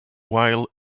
while